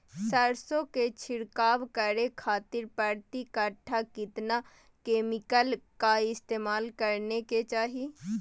सरसों के छिड़काव करे खातिर प्रति कट्ठा कितना केमिकल का इस्तेमाल करे के चाही?